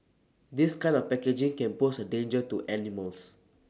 this kind of packaging can pose A danger to animals